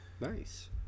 Nice